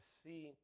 see